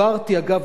כמובן,